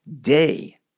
day